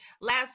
Last